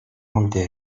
multe